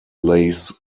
lays